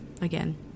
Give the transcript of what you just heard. again